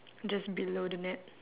just below the net